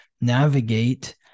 navigate